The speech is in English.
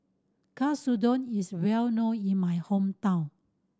katsudon is well known in my hometown